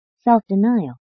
self-denial